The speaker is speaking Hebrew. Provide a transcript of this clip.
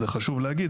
זה חשוב להגיד.